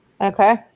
okay